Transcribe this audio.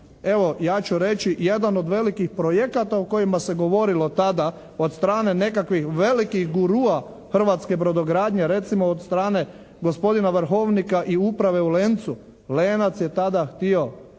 evo ja ću reći jedan od velikih projekata o kojima se govorilo tada od strane nekakvih velikih gurua hrvatske brodogradnje recimo od strane gospodina Vrhovnika i uprave u Lencu. Lenac je tada htio